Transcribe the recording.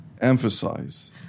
emphasize